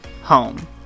home